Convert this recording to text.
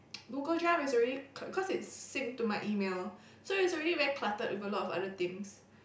Google Drive is already cause cause it's sync to my email so it's already very cluttered with a lot other things